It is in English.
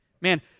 man